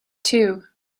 two